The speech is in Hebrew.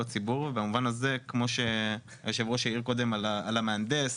הציבור ובמובן הזה כמו שהיושב ראש העיר קודם על המהנדס